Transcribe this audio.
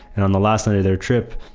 and on the last night of their trip,